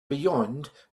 beyond